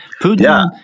Putin